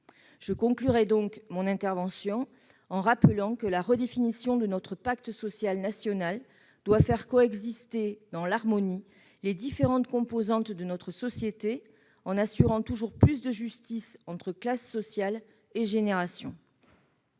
Je conclus en rappelant que la redéfinition de notre pacte social national doit faire coexister dans l'harmonie les différentes composantes de notre société, en assurant toujours plus de justice entre classes sociales et générations.